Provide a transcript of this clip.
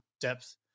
depth